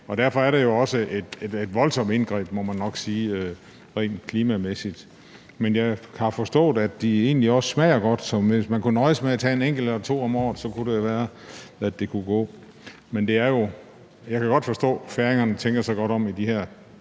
derfor er det jo også et voldsomt indgreb, må man nok sige, rent klimamæssigt. Men jeg har forstået, at de egentlig også smager godt, så hvis man kunne nøjes med at tage en enkelt eller to om året, kunne det jo være, at det kunne gå. Jeg kan godt forstå, at færingerne tænker sig godt om i de her